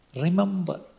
Remember